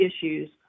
issues